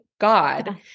God